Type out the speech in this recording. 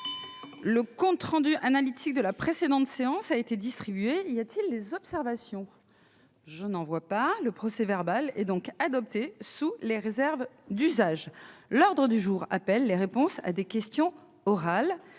Le compte rendu analytique de la précédente séance a été distribué. Il n'y a pas d'observation ?... Le procès-verbal est adopté sous les réserves d'usage. L'ordre du jour appelle les réponses à des questions orales.